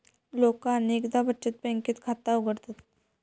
लोका अनेकदा बचत बँकेत खाता उघडतत